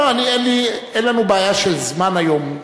לא, אין לנו בעיה של זמן היום,